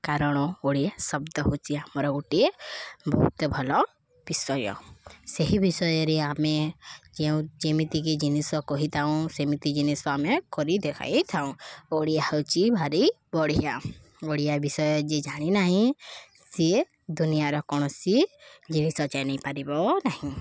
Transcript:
କାରଣ ଓଡ଼ିଆ ଶବ୍ଦ ହେଉଛି ଆମର ଗୋଟିଏ ବହୁତ ଭଲ ବିଷୟ ସେହି ବିଷୟରେ ଆମେ ଯେଉଁ ଯେମିତିକି ଜିନିଷ କହିଥାଉଁ ସେମିତି ଜିନିଷ ଆମେ କରି ଦେଖାଇ ଥାଉଁ ଓଡ଼ିଆ ହେଉଛି ଭାରି ବଢ଼ିଆ ଓଡ଼ିଆ ବିଷୟ ଯିଏ ଜାଣି ନାହିଁ ସିଏ ଦୁନିଆର କୌଣସି ଜିନିଷ ଜାଣିପାରିବ ନାହିଁ